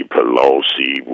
Pelosi